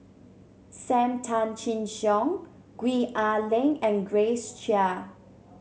Sam Tan Chin Siong Gwee Ah Leng and Grace Chia